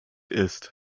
ist